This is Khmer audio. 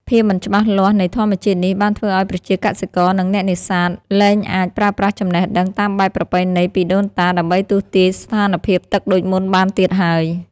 ភាពមិនច្បាស់លាស់នៃធម្មជាតិនេះ បានធ្វើឱ្យប្រជាកសិករ និងអ្នកនេសាទ លែងអាចប្រើប្រាស់ចំណេះដឹងតាមបែបប្រពៃណីពីដូនតា ដើម្បីទស្សន៍ទាយស្ថានភាពទឹកដូចមុនបានទៀតហើយ។